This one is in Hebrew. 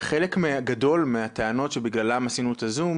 חלק גדול מהטענות שבגללן עשינו את הזום,